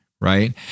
right